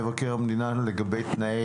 על שולחננו מונח דוח מבקר המדינה לגבי תנאי